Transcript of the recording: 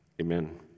Amen